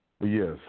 yes